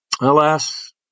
Alas